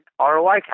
ROI